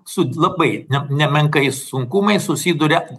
su labai nemenkais sunkumais susiduria